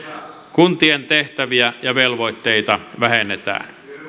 kuntien tehtäviä ja velvoitteita vähennetään